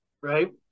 right